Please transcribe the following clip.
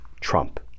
Trump